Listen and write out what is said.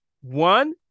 One